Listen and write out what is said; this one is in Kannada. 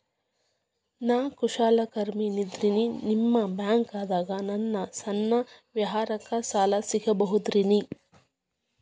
ನಾ ಕುಶಲಕರ್ಮಿ ಇದ್ದೇನ್ರಿ ನಿಮ್ಮ ಬ್ಯಾಂಕ್ ದಾಗ ನನ್ನ ಸಣ್ಣ ವ್ಯವಹಾರಕ್ಕ ಸಾಲ ಸಿಗಬಹುದೇನ್ರಿ?